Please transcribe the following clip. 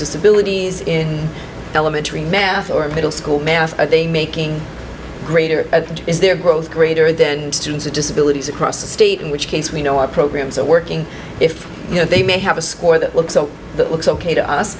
disabilities in elementary math or middle school math are they making greater is their growth greater then students with disabilities across the state in which case we know our program so working if you know they may have a score that looks so that looks ok to us